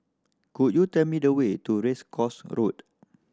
could you tell me the way to Race Course Road